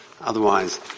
Otherwise